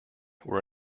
were